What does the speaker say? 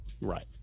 Right